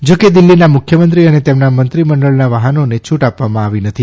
જો કે દિલ્હીના મુખ્યમંત્રી અને તેમના મંત્રીમંડળના વાહનોને છૂટ આપવામાં આવી નથી